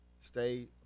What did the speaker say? stay